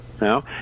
no